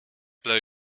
blow